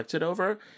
over